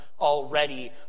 already